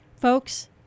Folks